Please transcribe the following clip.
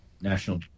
national